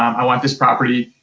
i want this property,